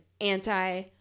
anti